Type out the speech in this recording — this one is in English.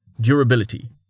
Durability